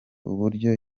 uburyo